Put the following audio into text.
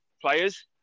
players